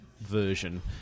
version